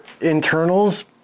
internals